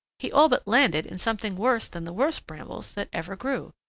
he all but landed in something worse than the worst brambles that ever grew.